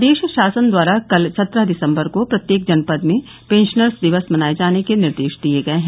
प्रदेश शासन द्वारा कल सत्रह दिसम्बर को प्रत्येक जनपद में पेंशनर्स दिवस मनाये जाने के निर्देश दिये गये है